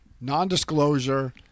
non-disclosure